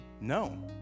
No